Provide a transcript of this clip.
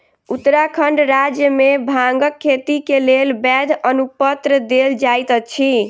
उत्तराखंड राज्य मे भांगक खेती के लेल वैध अनुपत्र देल जाइत अछि